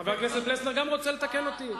חבר הכנסת פלסנר גם רוצה לתקן אותי?